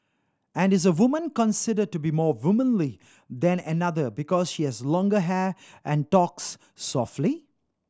and is a woman considered to be more womanly than another because she has longer hair and talks softly